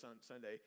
Sunday